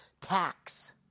tax